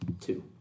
Two